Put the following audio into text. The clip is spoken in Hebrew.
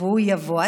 והוא יבוא.